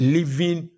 Living